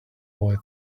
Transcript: boy